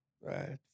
right